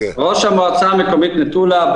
המועצה המקומית מטולה.